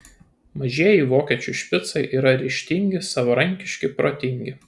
mažieji vokiečių špicai yra ryžtingi savarankiški protingi